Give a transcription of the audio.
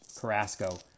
Carrasco